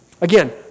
Again